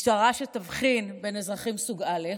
משטרה שתבחין בין אזרחים סוג א',